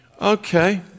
Okay